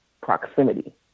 proximity